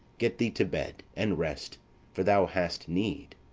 get thee to bed, and rest for thou hast need.